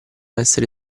essere